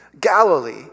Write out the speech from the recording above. Galilee